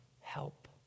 help